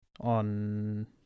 on